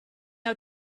out